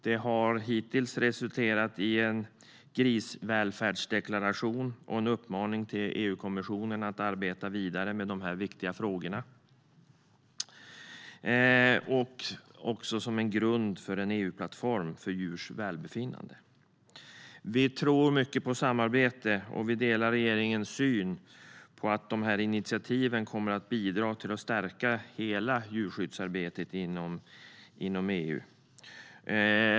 Det har hittills resulterat i en grisvälfärdsdeklaration och en uppmaning till EU-kommissionen att arbeta vidare med dessa viktiga frågor, liksom en grund för en EU-plattform för djurs välbefinnande. Vi tror mycket på samarbete och delar regeringens syn att de här initiativen kommer att bidra till att stärka hela djurskyddsarbetet inom EU.